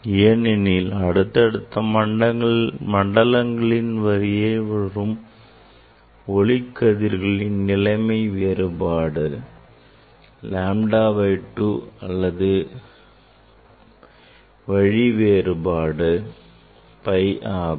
ஏனெனில் அடுத்தடுத்த மண்டலங்களின் வழியே வரும் ஒளிக் கதிர்களின் வழி வேறுபாடு lambda by 2 அல்லது நிலைமை வேறுபாடு pi ஆகும்